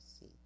see